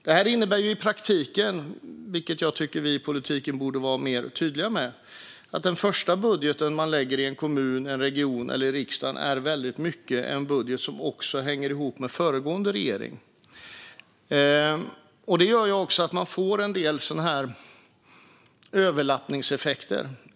Det här innebär i praktiken - vilket jag tycker att vi i politiken borde vara tydligare med - att den första budget man lägger fram i en kommun, i en region eller i riksdagen i mycket är en budget som hänger ihop med föregående regering. Det gör att man får en del sådana här överlappningseffekter.